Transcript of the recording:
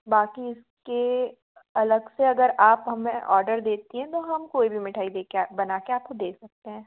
बाक़ी इसके अलग से अगर आप हमें औडर देती हैं तो हम कोई भी मिठाई दे के बना कर आपको दे सकते हैं